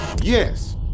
yes